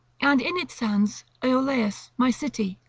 and in it stands ioleus, my city,